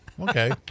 okay